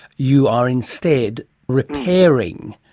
you are instead repairing,